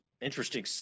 Interesting